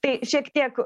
tai šiek tiek